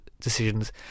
decisions